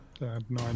nine